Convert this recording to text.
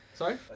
Sorry